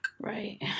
Right